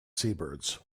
seabirds